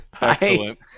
excellent